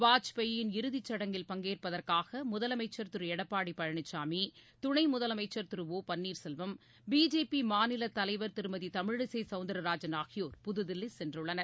வாஜ்பாயின் சடங்கில் பங்கேற்பதற்காக இறுதி முதலமைச்சர் திரு எடப்பாடி பழனிசாமி துணை முதலமைச்சர் திரு ஓ பன்னீர் செல்வம் பிஜேபி மாநில தலைவர் திருமதி தமிழிசை சவுந்தரராஜன் ஆகியோர் புதுதில்லி சென்றுள்ளனர்